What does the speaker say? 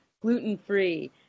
gluten-free